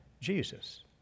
Jesus